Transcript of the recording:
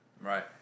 Right